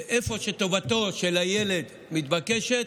איפה שטובתו של הילד מתבקשת,